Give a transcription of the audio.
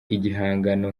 igihangano